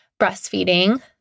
breastfeeding